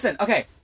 okay